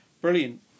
brilliant